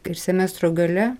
ir semestro gale